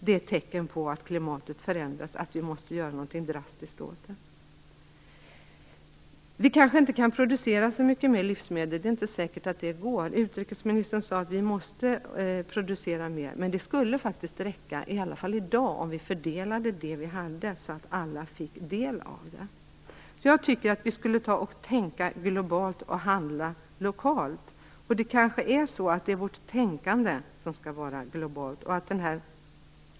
Det är tecken på att klimatet förändras och att vi måste göra något drastiskt åt det. Vi kanske inte kan producera så mycket mer livsmedel. Det är inte säkert att det går. Utrikesministern sade att vi måste producera mer. Men det skulle faktiskt räcka, i alla fall i dag, om vi fördelade det vi har så att alla fick del av det. Jag tycker att vi skall tänka globalt och handla lokalt. Det kanske är vårt tänkande som skall vara globalt.